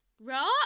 rock